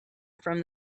from